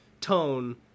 tone